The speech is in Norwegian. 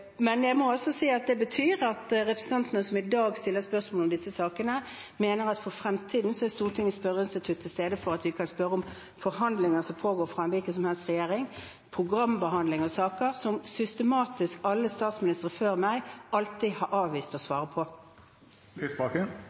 Men jeg må også si at det betyr at representantene som i dag stiller spørsmål om disse sakene, mener at for fremtiden så er Stortingets spørreinstitutt til stede for at de skal kunne spørre om forhandlinger som pågår i en hvilken som helst regjering, programbehandling av saker, som alle statsministre før meg alltid systematisk har avvist å svare på.